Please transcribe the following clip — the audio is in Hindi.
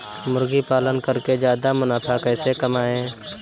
मुर्गी पालन करके ज्यादा मुनाफा कैसे कमाएँ?